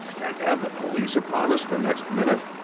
and have the police upon us the next minute?